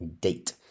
date